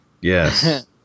yes